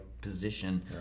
position